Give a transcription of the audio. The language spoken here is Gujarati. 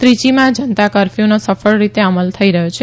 ત્રીચીમાં જનતા કરફયુનો સફળ રીતે અમલ થઇ રહ્યો છે